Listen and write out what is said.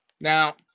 now